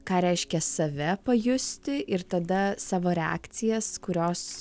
ką reiškia save pajusti ir tada savo reakcijas kurios